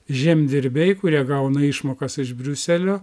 žemdirbiai kurie gauna išmokas iš briuselio